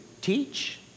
teach